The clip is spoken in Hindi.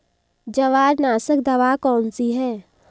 जवार नाशक दवा कौन सी है?